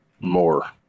more